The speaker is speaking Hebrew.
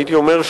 הייתי אומר,